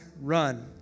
run